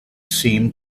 seemed